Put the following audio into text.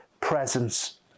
presence